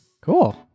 Cool